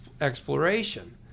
exploration